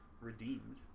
redeemed